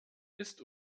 ist